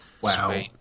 Wow